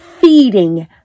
feeding